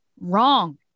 wrong